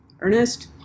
Ernest